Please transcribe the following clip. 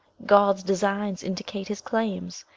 god's designs indicate his claims.